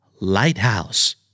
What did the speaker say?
Lighthouse